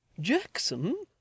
jackson